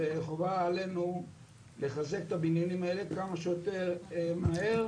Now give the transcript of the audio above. חובה עלינו לחזק את הבניינים האלה כמה שיותר מהר.